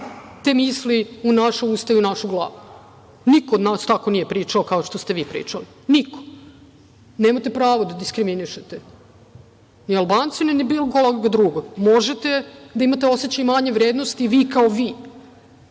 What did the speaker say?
te misli u naša usta i u našu glavu. Niko od nas nije tako pričao kao što ste vi pričali. Niko. Nemate pravo da diskriminišete ni Albance, ni bilo koga drugog. Možete da imate osećaj manje vrednosti vi kao vi.